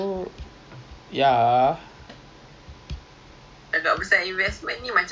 ya ya itu I I I tu tak okay ha ha so anyway um